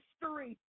history